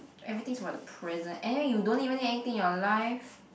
everything is about the present anyway you don't even need anything in your life